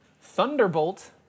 Thunderbolt